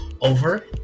over